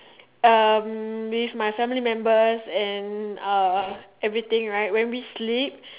um with my family members and uh everything right when we sleep